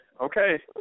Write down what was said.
Okay